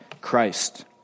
Christ